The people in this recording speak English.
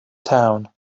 town